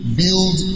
build